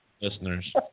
Listeners